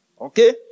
Okay